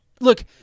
look